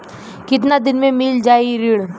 कितना दिन में मील जाई ऋण?